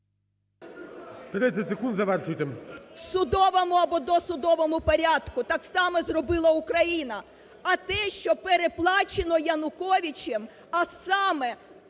30 секунд, завершуйте.